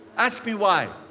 ask me why.